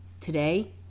today